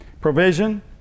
provision